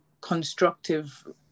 constructive